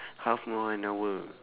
half more an hour